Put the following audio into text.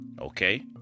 okay